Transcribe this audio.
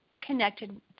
connected